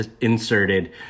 inserted